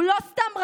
הוא לא סתם רעד.